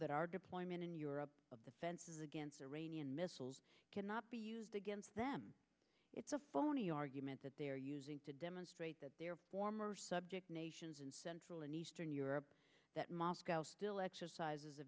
that our deployment in europe of defenses against iranian missiles cannot be used against them it's a phony argument that they're using to demonstrate that their former subject nations in central and eastern europe that moscow still exercises a